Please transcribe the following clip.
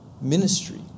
ministry